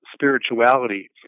spirituality